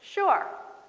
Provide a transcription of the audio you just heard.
sure.